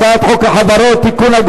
הצעת חוק החברות (תיקון,